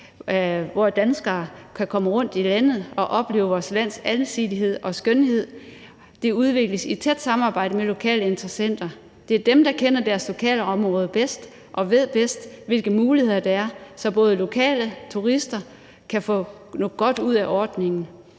hvor danskere kan komme rundt i landet og opleve vores lands alsidighed og skønhed, udvikles i tæt samarbejde med lokale interessenter. Det er dem, der kender deres lokalområde bedst, og de ved bedst, hvilke muligheder der er, så både lokale og turister kan få noget godt ud af ordningen.